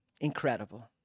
incredible